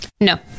No